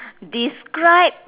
describe